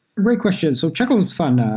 great question. so chekhov is fun.